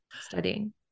studying